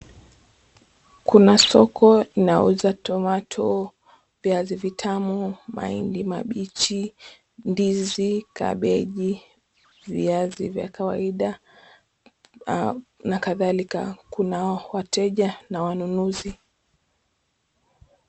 Kuna soko inauza tomato , viazi vitamu, mahindi mabichi, ndizi, kabeji, viazi vya kawaida na kadhalika. Kuna wateja na wanunuzi.